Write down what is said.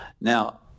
Now